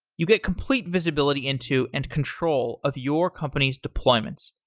you get complete visibility into and control of your company's deployments.